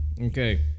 Okay